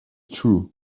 true